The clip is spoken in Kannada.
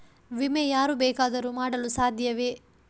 ವಿಮೆ ಯಾರು ಬೇಕಾದರೂ ಮಾಡಲು ಸಾಧ್ಯವೇ?